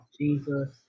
Jesus